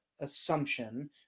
assumption